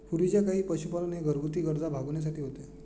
पूर्वीच्या काळी पशुपालन हे घरगुती गरजा भागविण्यासाठी होते